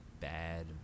bad